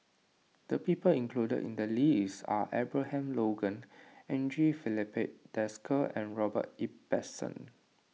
the people included in the list are Abraham Logan Andre Filipe Desker and Robert Ibbetson